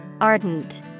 Ardent